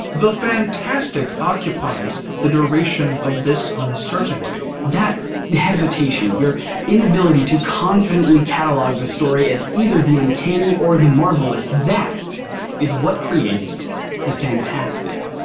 the fantastic occupies the duration of this uncertainty. that hesitation, your inability to confidently catalog the story as either the uncanny or the marvelous, that is what creates the fantastic.